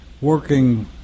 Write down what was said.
working